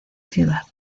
ciudad